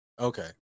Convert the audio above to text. Okay